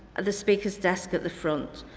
the speaker's desk at the front.